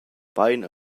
bein